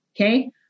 Okay